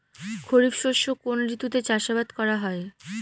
খরিফ শস্য কোন ঋতুতে চাষাবাদ করা হয়?